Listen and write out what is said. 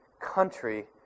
Country